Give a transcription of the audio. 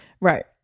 right